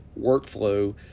workflow